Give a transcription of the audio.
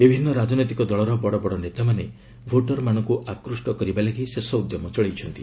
ବିଭିନ୍ନ ରାଜନୈତିକ ଦଳର ବଡ଼ ବଡ଼ ନେତାମାନେ ଭୋଟର୍ମାନଙ୍କୁ ଆକୃଷ୍ଟ କରିବା ଲାଗି ଶେଷ ଉଦ୍ୟମ ଚଳାଇଛନ୍ତି